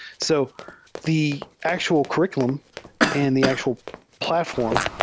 so the actual curr iculum and the actual platform,